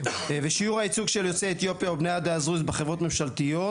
שיעור הייצוג של יוצאי אתיופיה ובני העדה הדרוזית בחברות ממשלתיות,